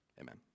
Amen